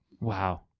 Wow